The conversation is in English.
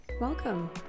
welcome